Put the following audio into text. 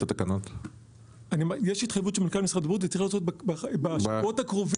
יש התחייבות של מנכ"ל משרד הבריאות וזה צריך להיעשות בשבועות הקרובים.